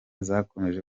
zakomeje